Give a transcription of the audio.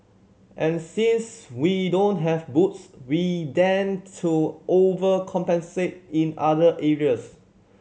and since we don't have boobs we tend to overcompensate in other areas